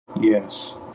yes